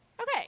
Okay